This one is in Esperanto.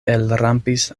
elrampis